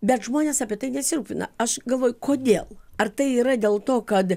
bet žmonės apie tai nesirūpina aš galvoju kodėl ar tai yra dėl to kad